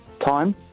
time